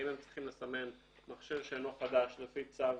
האם הם צריכים לסמן מכשיר שאינו חדש לפי צו